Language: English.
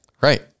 Right